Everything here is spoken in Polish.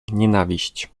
nienawiść